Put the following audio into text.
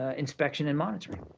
ah inspection and monitoring,